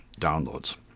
downloads